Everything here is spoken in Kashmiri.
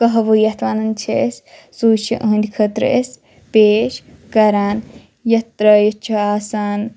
قَہوٕ یَتھ وَنان چھِ أسۍ سُے چھِ یِہٕنٛدِ خٲطرٕ أسۍ پیش کَران یَتھ ترٛٲوِتھ چھِ آسان